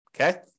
Okay